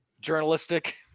journalistic